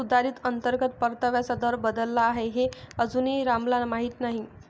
सुधारित अंतर्गत परताव्याचा दर बदलला आहे हे अजूनही रामला माहीत नाही